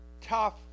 tough